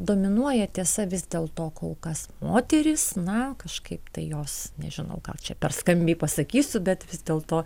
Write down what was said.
dominuoja tiesa vis dėl to kol kas moterys na kažkaip tai jos nežinau gal čia per skambiai pasakysiu bet vis dėlto